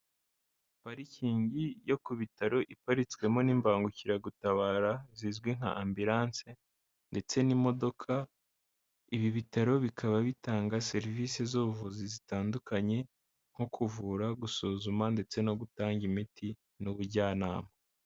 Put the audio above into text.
Parikingi yo ku bitaro iparitswemo n'imbangukiragutabara zizwi nka ambilance ndetse n'imodoka, ibi bitaro bikaba bitanga serivise z'ubuvuzi zitandukanye, nko kuvura, gusuzuma ndetse no gutanga imiti n'ubujyanama.